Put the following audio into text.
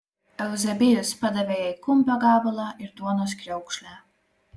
euzebijus padavė jai kumpio gabalą ir duonos kriaukšlę